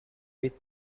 with